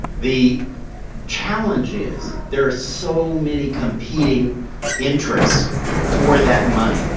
the challenge is, there are so many competing interests for that money.